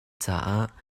caah